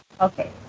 Okay